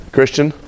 Christian